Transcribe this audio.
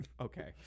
Okay